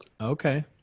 okay